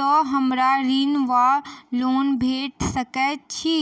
तऽ हमरा ऋण वा लोन भेट सकैत अछि?